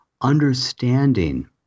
understanding